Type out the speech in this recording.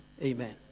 amen